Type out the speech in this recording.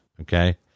Okay